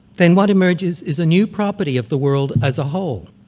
then what emerges is a new property of the world as a whole,